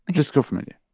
just go from yeah